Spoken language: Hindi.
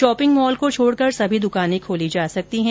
शॉपिंग मॉल को छोड़कर सभी दुकानें खोली जा सकती है